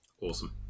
Awesome